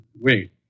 Wait